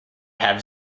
have